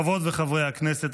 חברות וחברי הכנסת,